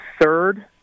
third